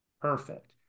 Perfect